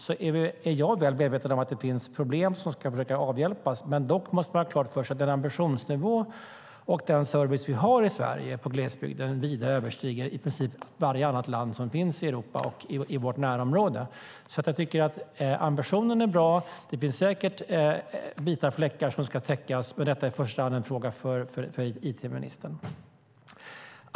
Jag är väl medveten om att det finns problem som vi ska försöka avhjälpa, men man måste ha klart för sig att den ambitionsnivå och den service som vi har i glesbygden i Sverige vida överstiger den som finns i princip i varje annat land i Europa och i vårt närområde. Jag tycker att ambitionen är bra. Det finns säkert vita fläckar som ska täckas, och detta är i första hand en fråga för it-ministern.